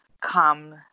come